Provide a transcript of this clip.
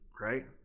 right